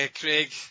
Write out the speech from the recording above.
Craig